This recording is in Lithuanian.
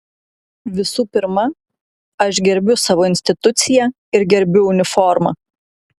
visų pirma aš gerbiu savo instituciją ir gerbiu uniformą